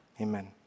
amen